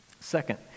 Second